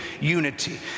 unity